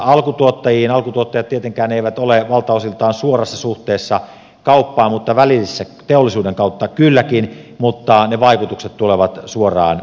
alkutuottajat tietenkään eivät ole valtaosiltaan suorassa suhteessa kauppaan välillisesti teollisuuden kautta kylläkin mutta ne vaikutukset tulevat suoraan alkutuottajiin